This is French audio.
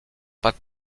pas